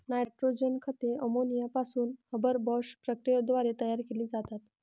nitrogen खते ammonia पासून Haber Bosch प्रक्रियेद्वारे तयार केली जातात